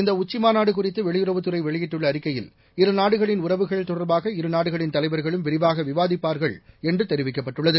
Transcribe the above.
இந்த உச்சிமாநாடு குறிதது வெறியுறவுத்துறை வெளியிட்டுள்ள அறிக்கையில் இருநாடுகளின் உறவுகள் தொடர்பாக இருநாடுகளின் தலைவா்களும் விரிவாக விவாதிப்பாா்கள் என்று தெரிவிக்கப்பட்டுள்ளது